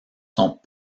sont